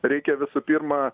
reikia visų pirma